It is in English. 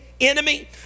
enemy